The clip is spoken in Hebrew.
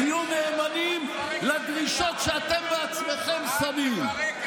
תהיו נאמנים לדרישות שאתם בעצמכם שמים.